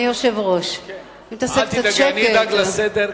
אל תדאגי, אני אדאג לסדר מייד.